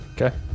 Okay